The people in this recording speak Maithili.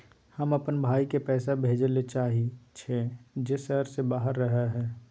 हम अपन भाई के पैसा भेजय ले चाहय छियै जे शहर से बाहर रहय हय